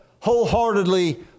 wholeheartedly